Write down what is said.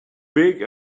big